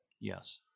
Yes